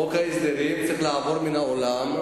חוק ההסדרים צריך לעבור מן העולם,